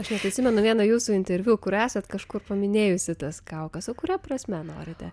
aš net atsimenu vieną jūsų interviu kur esat kažkur paminėjusi tas kaukes o kuria prasme norite